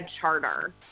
Charter